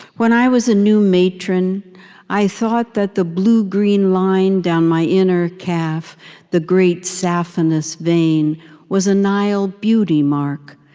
when i was a new matron i thought that the blue-green line down my inner calf the great saphenous vein was a nile beauty mark,